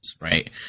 right